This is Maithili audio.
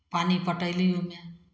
पानि पटयली ओहिमे